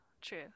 true